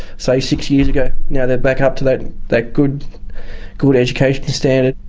say, six years ago. now they're back up to that that good good education standard.